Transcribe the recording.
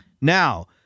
Now